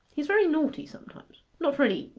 he's very naughty sometimes not really,